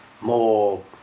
more